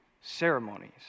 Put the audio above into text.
ceremonies